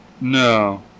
No